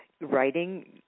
writing